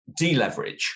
deleverage